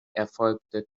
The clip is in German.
erfolgte